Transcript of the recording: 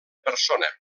persona